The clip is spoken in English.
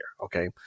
Okay